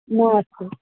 नमस्ते